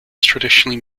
traditionally